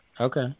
Okay